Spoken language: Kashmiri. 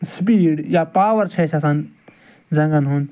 سِپیٖڈ یا پاوَر چھِ اَسہِ آسان زَنٛگَن ہُنٛد